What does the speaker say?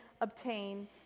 obtain